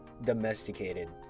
domesticated